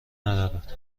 ندارد